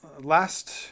last